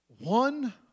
One